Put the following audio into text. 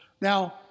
Now